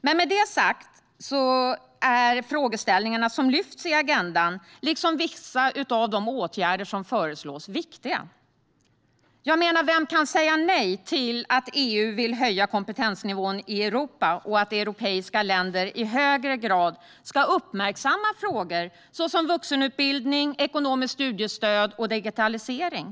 Med detta sagt är frågeställningarna som lyfts fram i agendan, liksom vissa av de åtgärder som föreslås, viktiga. Vem kan säga nej till att EU vill höja kompetensnivån i Europa och att europeiska länder i högre grad ska uppmärksamma frågor såsom vuxenutbildning, ekonomiskt studiestöd och digitalisering?